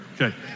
Okay